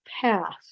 path